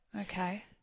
Okay